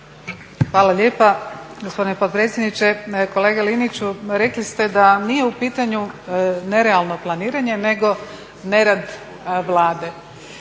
Hvala lijepa gospodine potpredsjedniče. Kolega Liniću, rekli ste da nije u pitanju nerealno planiranje nego nerad Vlade.